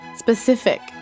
specific